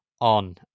on